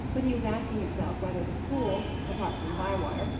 but he was asking himself whether the school, apart from bywater,